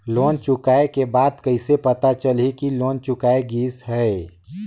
Loan चुकाय के बाद कइसे पता चलही कि लोन चुकाय गिस है?